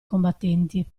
combattenti